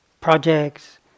projects